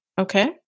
Okay